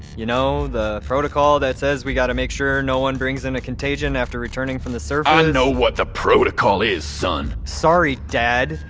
you know, the protocol that says we gotta make sure no one brings in a contagion after returning from the sort of i know what the protocol is, son sorry, dad.